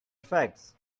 facts